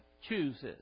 chooses